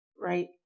right